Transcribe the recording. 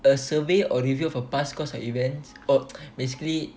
a survey or review for past course of events oh basically